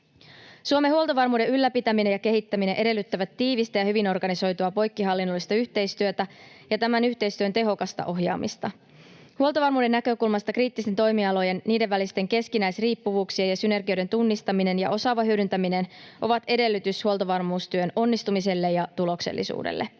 Suomen huoltovarmuuden ylläpitäminen ja kehittäminen edellyttävät tiivistä ja hyvin organisoitua poikkihallinnollista yhteistyötä ja tämän yhteistyön tehokasta ohjaamista. Huoltovarmuuden näkökulmasta kriittisten toimialojen, niiden välisten keskinäisriippuvuuksien ja synergioiden tunnistaminen ja osaava hyödyntäminen ovat edellytys huoltovarmuustyön onnistumiselle ja tuloksellisuudelle.